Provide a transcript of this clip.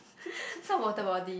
so water body